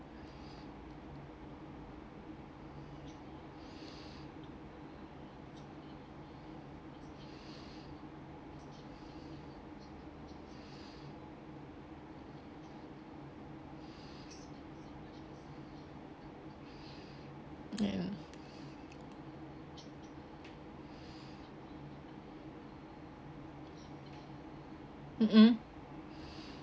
ya mm mm